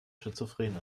schizophren